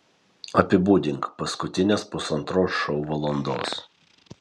apibūdink paskutines pusantros šou valandos